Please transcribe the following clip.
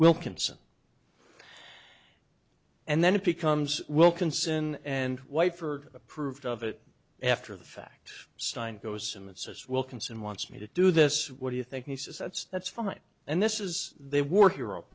wilkinson and then it becomes wilkinson and white for approved of it after the fact sign goes and says wilkinson wants me to do this what do you think he says that's that's fine and this is their war hero